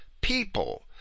people